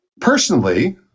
personally